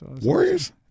Warriors